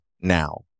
now